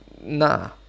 nah